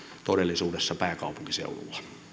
todellisuudessa pääkaupunkiseudulla